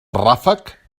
ràfec